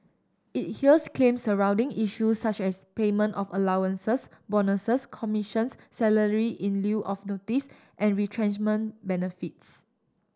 it hears claims surrounding issues such as payment of allowances bonuses commissions salary in lieu of notice and retrenchment benefits